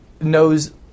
knows